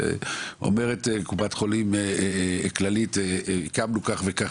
אומרת קופת חולים כללית הקמנו כך וכך